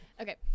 Okay